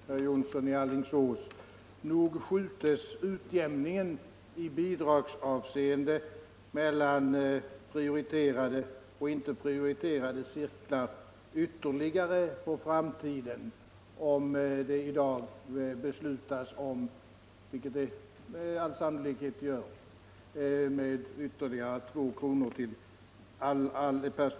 Herr talman! Till herr Jonsson i Alingsås vill jag säga att nog skjuts utjämningen i bidragshänseende mellan prioriterade och inte prioriterade cirklar ytterligare på framtiden om det i dag beslutas om — vilket med all sannolikhet sker — ytterligare 2 kr. per